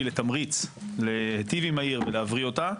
לתמריץ להיטיב עם העיר ולהבריא אותה.